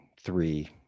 three